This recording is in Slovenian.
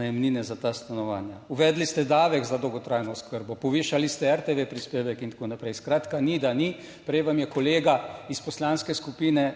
najemnine za ta stanovanja. Uvedli ste davek za dolgotrajno oskrbo, povišali ste RTV prispevek in tako naprej, skratka, ni da ni. Prej vam je kolega iz Poslanske skupine